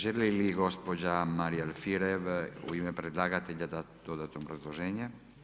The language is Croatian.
Želi li gospođa Marija Alfirev u ime predlagatelja dati dodatno obrazloženje?